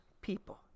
people